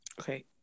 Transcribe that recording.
Okay